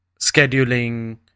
scheduling